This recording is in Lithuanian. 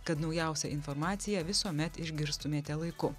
kad naujausią informaciją visuomet išgirstumėte laiku